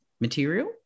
material